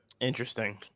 interesting